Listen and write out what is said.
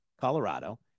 Colorado